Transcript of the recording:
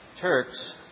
Turks